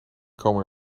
komen